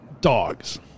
dogs